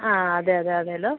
ആ അതെ അതെ അതേലോ